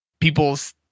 people's